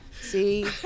See